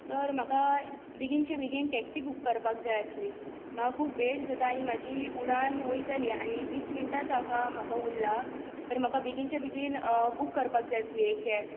तर म्हाका बेगीचे बेगीन टॅक्सी बूक करपाक जाय आसली म्हाका खूब वेळ जाता आनी म्हजी उडान वयतली आनी वीस मिनटांच आतां म्हाका उरला तर म्हाका बेगीनचे बेगीन बूक करपाक जाय आसली एक कॅब